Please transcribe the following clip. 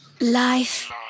Life